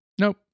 Nope